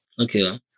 Okay